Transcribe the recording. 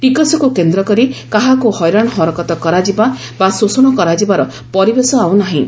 ଟିକସକୁ କେନ୍ଦ୍ରକରି କାହାକୁ ହଇରାଣ ହରକତ କରାଯିବା ବା ଶୋଷଣ କରାଯିବାର ପରିବେଶ ଆଉ ନାହିଁ